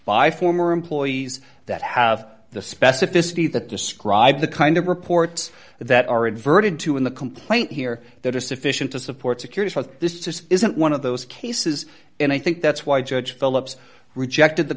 by former employees that have the specificity that describe the kind of reports that are inverted to in the complaint here that are sufficient to support security but this isn't one of those cases and i think that's why judge phillips rejected the